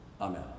Amen